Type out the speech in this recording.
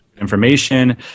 information